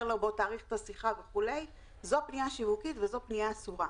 לו: בוא תאריך העסקה וכו' זו פניה שיווקית וזו פניה אסורה.